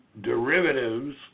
derivatives